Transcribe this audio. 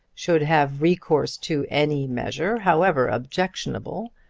should have recourse to any measure, however objectionable,